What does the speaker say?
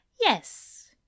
Yes